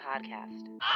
podcast